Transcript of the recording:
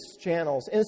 channels